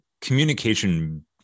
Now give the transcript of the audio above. Communication